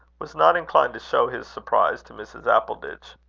was not inclined to show his surprise to mrs. appleditch.